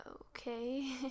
okay